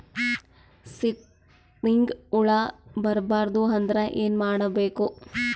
ಸೀತ್ನಿಗೆ ಹುಳ ಬರ್ಬಾರ್ದು ಅಂದ್ರ ಏನ್ ಮಾಡಬೇಕು?